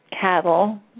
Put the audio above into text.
cattle